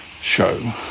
show